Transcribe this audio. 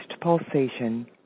pulsation